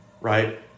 right